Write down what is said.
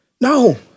No